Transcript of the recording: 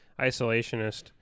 isolationist